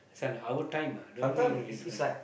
this one our time ah don't leave any friend